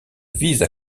vise